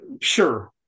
sure